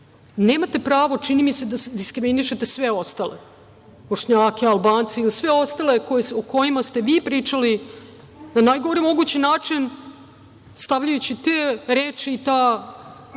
neće. Nemate pravo, čini mi se, da diskriminišete sve ostale, Bošnjake, Albance i sve ostale o kojima ste vi pričali na najgori mogući način stavljajući te reči i te misli